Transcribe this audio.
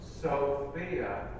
Sophia